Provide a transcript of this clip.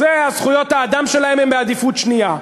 זכויות האדם שלהם היא בעדיפות שנייה.